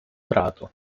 prato